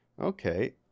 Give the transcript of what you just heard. Okay